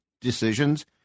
decisions